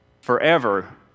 forever